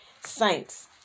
saints